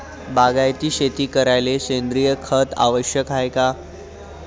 बागायती शेती करायले सेंद्रिय खत आवश्यक हाये का?